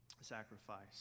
sacrifice